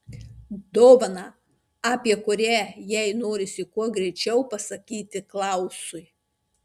dovaną apie kurią jai norisi kuo greičiau pasakyti klausui